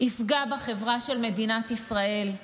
יפגע בחברה של מדינת ישראל,